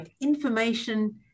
information